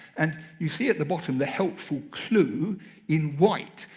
and you see, at the bottom, the helpful clue in white.